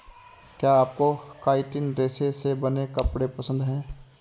क्या आपको काइटिन रेशे से बने कपड़े पसंद है